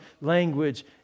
language